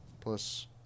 Plus